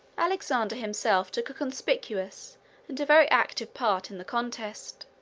alexander himself took a conspicuous and a very active part in the contest.